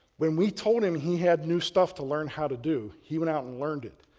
when we told him he had new stuff to learn how to do, he went out and learned it.